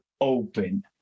open